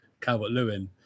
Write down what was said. Calvert-Lewin